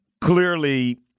clearly